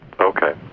Okay